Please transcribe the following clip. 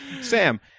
Sam